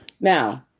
Now